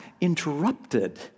interrupted